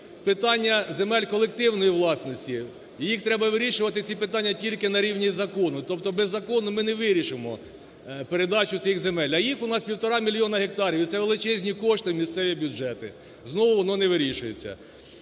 питання земель колективної власності, їх треба вирішувати ці питання тільки на рівні закону. Тобто без закону ми не вирішимо передачу цих земель. А їх у нас 1,5 мільйона гектарів і це величезні кошти у місцеві бюджети. Знову воно не вирішується.